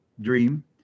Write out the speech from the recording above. dream